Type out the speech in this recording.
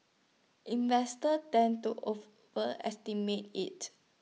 investors tend to overestimate IT